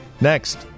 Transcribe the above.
Next